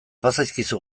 bazaizkizu